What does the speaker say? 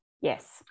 Yes